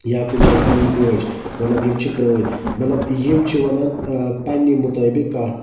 یا کُنہِ جایہِ پَنٕنۍ موج مَطلَب یِم چھِ پرٲنٛۍ مَطلَب یِم چھِ وَنان پَننہِ مُطٲبِق کتھ